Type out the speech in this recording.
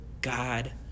God